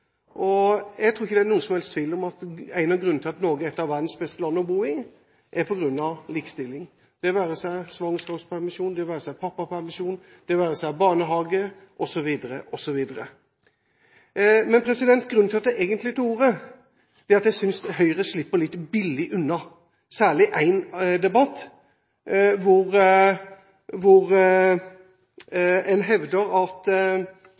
resultater. Jeg tror ikke det er noen som helst tvil om at en av grunnene til at Norge er et av verdens beste land å bo i, er likestillingen. Det være seg svangerskapspermisjon, det være seg pappapermisjon, det være seg barnehage osv. Grunnen til at jeg egentlig tok ordet, er at jeg synes Høyre slipper litt billig unna, særlig i en debatt hvor en hevder at